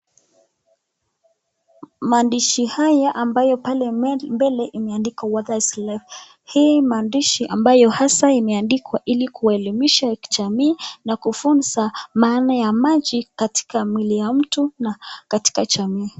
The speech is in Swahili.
Maandishi haya ambayo pale mbele imeandikwa: Water is Life . Hii maandishi ambayo hasa imeandikwa ili kuelimisha jamii na kufunza maana ya maji katika mwili ya mtu na katika jamii.